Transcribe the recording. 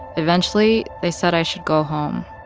eventually, they said i should go home.